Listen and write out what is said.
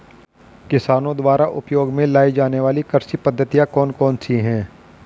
किसानों द्वारा उपयोग में लाई जाने वाली कृषि पद्धतियाँ कौन कौन सी हैं?